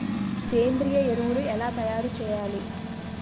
సేంద్రీయ ఎరువులు ఎలా తయారు చేయాలి?